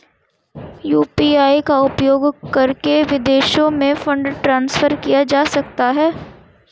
UPI का उपयोग करके विदेशों में फंड ट्रांसफर किया जा सकता है?